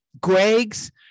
Greg's